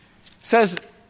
Says